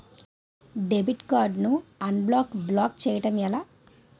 Debit card ను unblock block చేయటం ఎలా?